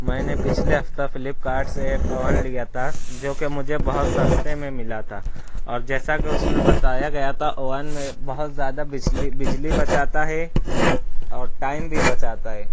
میں نے پچھلے ہفتہ فلپ کارٹ سے ایک اوون لیا تھا جوکہ مجھے بہت سستے میں ملا تھا اور جیساکہ اس میں بتایا گیا تھا اوون میں بہت زیادہ بچلی بجلی بچاتا ہے اور ٹائم بھی بچاتا ہے